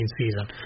season